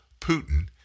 Putin